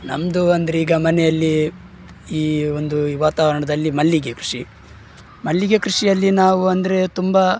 ನಮ್ಮದು ಅಂದರೀಗ ಮನೆಯಲ್ಲಿ ಈ ಒಂದು ಈ ವಾತಾವರಣದಲ್ಲಿ ಮಲ್ಲಿಗೆ ಕೃಷಿ ಮಲ್ಲಿಗೆ ಕೃಷಿಯಲ್ಲಿ ನಾವು ಅಂದರೆ ತುಂಬ